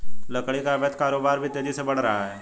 लकड़ी का अवैध कारोबार भी तेजी से बढ़ रहा है